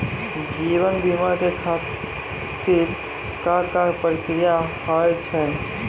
जीवन बीमा के खातिर का का प्रक्रिया हाव हाय?